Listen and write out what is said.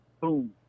boom